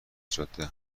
جاده